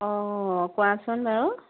অঁ কোৱাচোন বাৰু